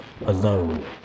alone